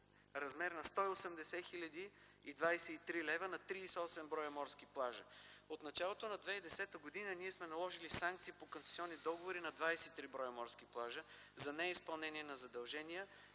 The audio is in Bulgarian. размер на 180 023 лв. за 38 морски плажа. От началото на 2010 г. ние сме наложили санкции по концесионни договори на 23 морски плажа за неизпълнение на задължения,